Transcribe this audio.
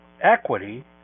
equity